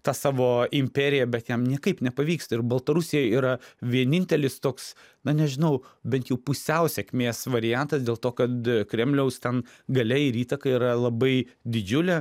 tą savo imperiją bet jam niekaip nepavyksta ir baltarusija yra vienintelis toks na nežinau bet jau pusiau sėkmės variantas dėl to kad kremliaus ten galia ir įtaka yra labai didžiulė